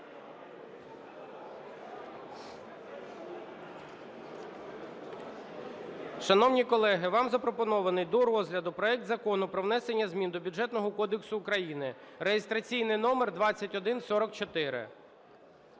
Шановні колеги, вам запропонований до розгляду проект Закону про внесення змін до Бюджетного кодексу України (реєстраційний номер 2144).